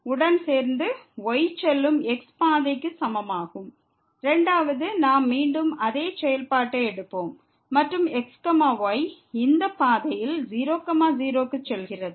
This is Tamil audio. உடன் சேர்ந்து y செல்லும் x பாதைக்கு சமமாகும் இரண்டாவது நாம் மீண்டும் அதே செயல்பாட்டை எடுப்போம் மற்றும் x y இந்த பாதையில் 0 0 க்கு செல்கிறது